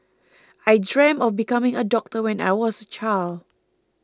I dreamt of becoming a doctor when I was a child